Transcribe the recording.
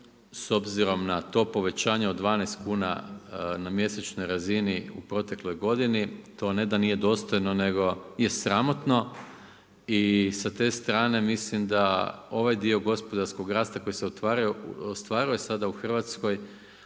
s obzirom na to povećanje od 12 kuna na mjesečnoj razini u protekloj godini, to ne da nije dostojno nego je sramotno i sa te strane mislim da ovaj dio gospodarskog rasta koji se ostvaruje sada u Hrvatskoj,